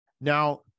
now